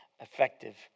effective